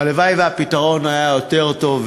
הלוואי שהפתרון היה יותר טוב,